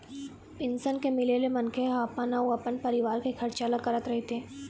pension के मिले ले मनखे ह अपन अउ अपन परिवार के खरचा ल करत रहिथे